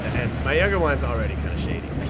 and and my younger one is already kind of shady